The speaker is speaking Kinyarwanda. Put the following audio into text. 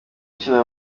ukina